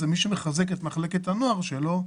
מי שמחזק את מחלקת הנוער שלו,